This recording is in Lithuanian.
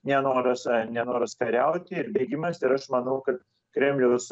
nenoras a nenoras kariauti ir bėgimas ir aš manau kad kremliaus